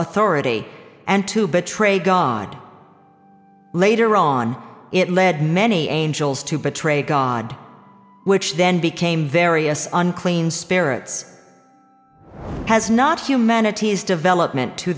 authority and to betray god later on it led many angels to betray god which then became various unclean spirits has not humanity's development to